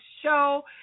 show